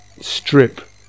strip